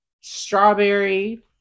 strawberry